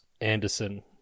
Anderson